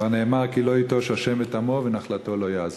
כבר נאמר: "כי לא יטֹש ה' את עמו ונחלתו לא יעזֹב".